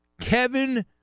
Kevin